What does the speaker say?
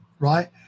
right